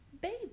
baby